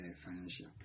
financial